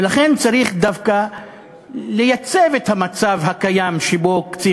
ולכן צריך דווקא לייצב את המצב הקיים שבו קצין